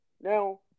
Now